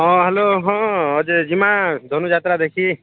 ହଁ ହେଲୋ ହଁ ଯେ ଯିବା ଧନୁଯାତ୍ରା ଦେଖି